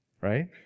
right